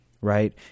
Right